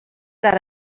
got